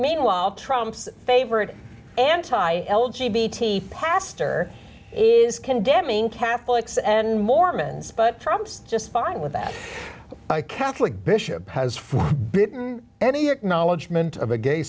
meanwhile trump's favorite anti l g b t pastor is condemning catholics and mormons but trumps just fine with that my catholic bishop has for britain any acknowledgement of a gay